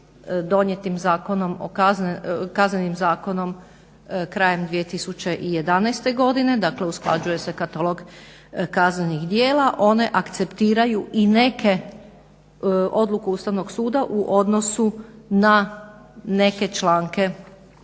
donijetim Kaznenim zakonom krajem 2011. godine, dakle usklađuje se katalog kaznenih djela. One akceptiraju i neke, odluku Ustavnog suda u odnosu na neke članke